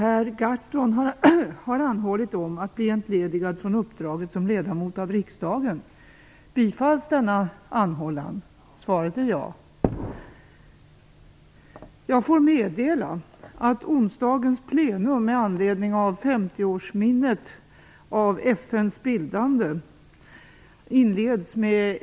Ärade ledamöter!